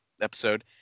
episode